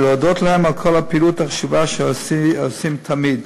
ולהודות להם על כל הפעילות החשובה שהם עושים תמיד.